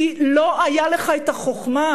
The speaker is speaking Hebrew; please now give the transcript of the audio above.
כי לא היו לך החוכמה,